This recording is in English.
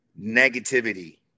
negativity